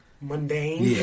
Mundane